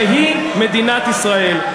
והיא מדינת ישראל.